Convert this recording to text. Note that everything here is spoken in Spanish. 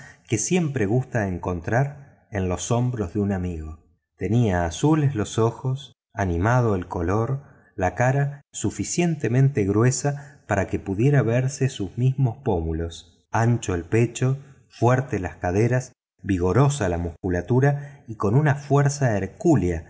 que siempre gusta encontrar en los hombros de un amigo tenía azules los ojos animado el color la cara suficientemente gruesa para que pudieran verse sus mismos pómulos ancho el pecho fuertes las caderas vigorosa la musculatura y con una fuerza hercúlea